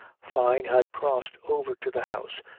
fyne had crossed over to the house,